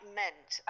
meant